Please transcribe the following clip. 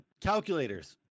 calculators